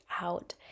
out